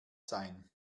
sein